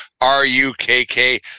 R-U-K-K